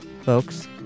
folks